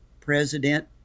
President